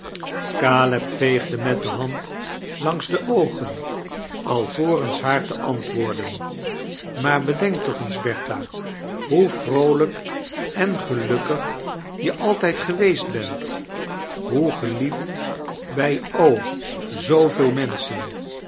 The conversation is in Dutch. veegde met de hand langs de oogen alvorens haar te antwoorden maar bedenk toch eens bertha hoe vroolijk en gelukkig je altijd geweest bent hoe geliefd bij o zooveel menschen